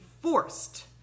forced